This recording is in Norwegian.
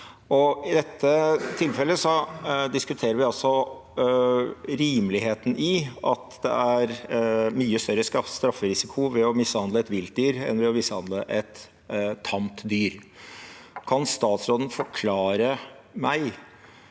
I dette tilfellet diskuterer vi altså rimeligheten i at det er mye større strafferisiko ved å mishandle et vilt dyr enn ved å mishandle et tamt dyr. Kan statsråden forklare meg